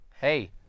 hey